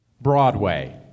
Broadway